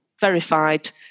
verified